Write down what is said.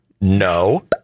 No